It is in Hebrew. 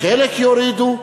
לחלק יורידו,